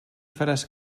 faràs